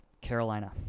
Carolina